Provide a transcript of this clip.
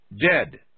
dead